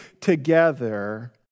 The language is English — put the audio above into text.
together